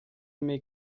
mes